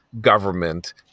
government